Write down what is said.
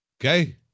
Okay